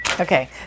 Okay